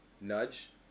nudge